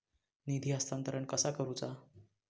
निधी हस्तांतरण कसा करुचा?